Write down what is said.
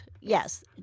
Yes